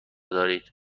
دارید